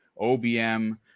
obm